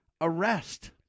arrest